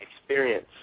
experience